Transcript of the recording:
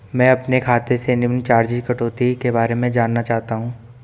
मैं अपने खाते से निम्न चार्जिज़ कटौती के बारे में जानना चाहता हूँ?